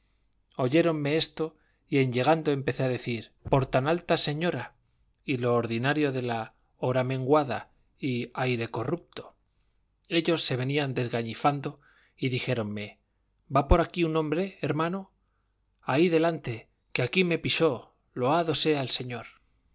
oyéronme esto y en llegando empecé a decir por tan alta señora y lo ordinario de la hora menguada y aire corrupto ellos se venían desgañifando y dijéronme va por aquí un hombre hermano ahí adelante que aquí me pisó loado sea el señor